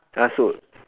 that's wood